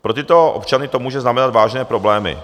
Pro tyto občany to může znamenat vážné problémy.